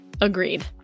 agreed